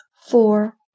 Four